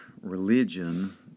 religion